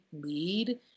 lead